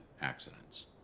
accidents